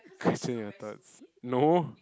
question your thoughts no